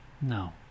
No